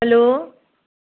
hello